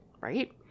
Right